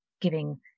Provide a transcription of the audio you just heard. giving